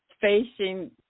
facing